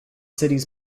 city